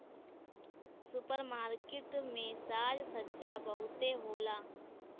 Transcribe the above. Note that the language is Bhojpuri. सुपर मार्किट में साज सज्जा बहुते होला